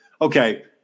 Okay